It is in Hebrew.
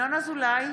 ינון אזולאי,